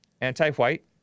Anti-white